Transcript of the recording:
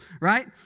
right